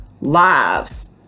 lives